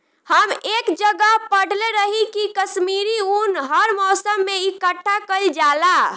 हम एक जगह पढ़ले रही की काश्मीरी उन हर मौसम में इकठ्ठा कइल जाला